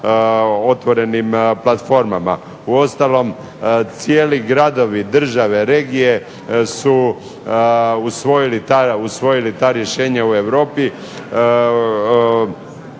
Uostalom cijeli gradovi, države, regije su usvojili ta rješenja u Europi